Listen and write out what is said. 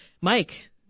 Mike